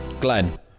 Glenn